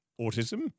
autism